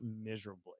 miserably